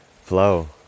Flow